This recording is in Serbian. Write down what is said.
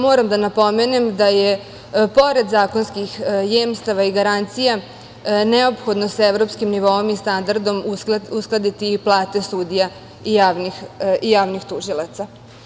Moram da napomenem da je, pored zakonskih jemstava i garancija, neophodno sa evropskim nivoom i standardom uskladiti i plate sudija i javnih tužilaca.